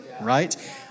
right